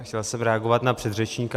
Chtěl jsem reagovat na předřečníka.